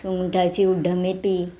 सुंगटाची उड्डमेती